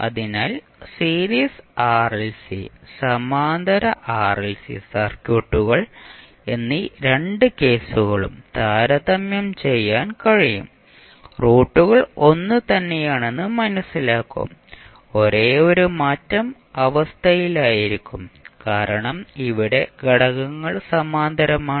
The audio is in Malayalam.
അതിനാൽ സീരീസ് ആർഎൽസി സമാന്തര ആർഎൽസി സർക്യൂട്ടുകൾ എന്നി രണ്ട് കേസുകളും താരതമ്യം ചെയ്യാൻ കഴിയും റൂട്ടുകൾ ഒന്നുതന്നെയാണെന്ന് മനസ്സിലാക്കും ഒരേയൊരു മാറ്റം അവസ്ഥയായിരിക്കും കാരണം ഇവിടെ ഘടകങ്ങൾ സമാന്തരമാണ്